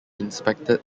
inspected